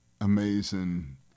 amazing